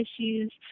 issues